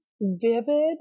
vivid